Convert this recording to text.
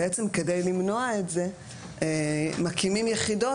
בעצם כדי למנוע את זה מקימים יחידות